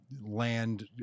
land